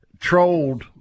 trolled